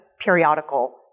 periodical